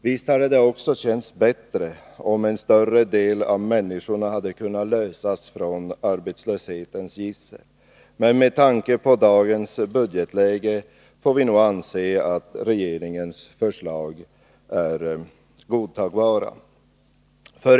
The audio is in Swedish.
Visst hade det också känts bättre, om en ännu större del av människorna hade kunnat räddas från arbetslöshetens gissel, men med tanke på dagens budgetläge får vi nog anse att regeringens förslag är godtagbara.